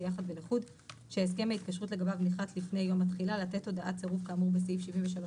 ביחד ולחוד שהסכם ההתקשרות לגביו נכרת לפני יום התחילה,